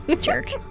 Jerk